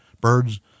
birds